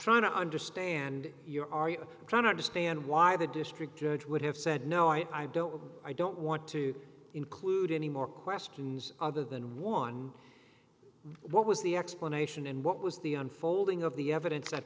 trying to understand your are you trying to understand why the district judge would have said no i don't i don't want to include any more questions other than one what was the explanation and what was the unfolding of the evidence